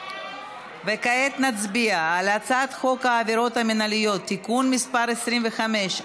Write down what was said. כעת נצביע על הצעת חוק העבירות המינהליות (תיקון מס' 25),